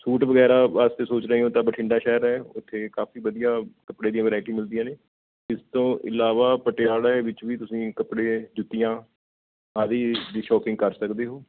suit ਵਗੈਰਾ ਵਾਸਤੇ ਸੋਚ ਰਹੇ ਹੋ ਤਾਂ ਬਠਿੰਡਾ ਸ਼ਹਿਰ ਹੈ ਉੱਥੇ ਕਾਫੀ ਵਧੀਆ ਕੱਪੜੇ ਦੀਆਂ ਵਰਾਇਟੀ ਮਿਲਦੀਆਂ ਨੇ ਇਸ ਤੋਂ ਇਲਾਵਾ ਪਟਿਆਲਾ ਦੇ ਵਿੱਚ ਵੀ ਤੁਸੀਂ ਕੱਪੜੇ ਜੁੱਤੀਆਂ ਆਦਿ ਦੀ ਸ਼ੋਪਿੰਗ ਕਰ ਸਕਦੇ ਹੋ